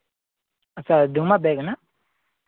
अच्छा ज़ुम्माबेग ना